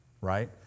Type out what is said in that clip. right